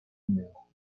knew